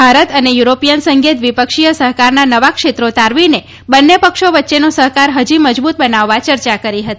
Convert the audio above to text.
ભારત અને યુરોપીયન સંઘે દ્વિપક્ષીય સહકારના નવા ક્ષેત્રો તારવીને બંને પક્ષો વચ્ચેનો સહકાર હજી મજબુત બનાવવા ચર્ચા કરી હતી